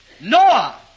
Noah